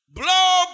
blow